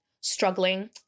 struggling